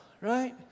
right